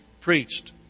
preached